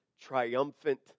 triumphant